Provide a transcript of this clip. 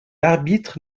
arbitre